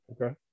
Okay